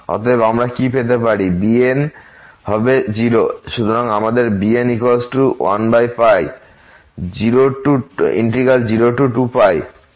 অতএব আমরা কি পেতে পারি যে bns হবে 0